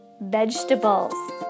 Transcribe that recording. vegetables